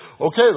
okay